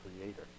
creator